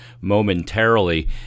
momentarily